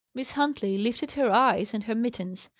miss huntley lifted her eyes, and her mittens.